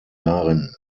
darin